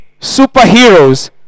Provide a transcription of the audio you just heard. superheroes